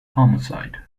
homicide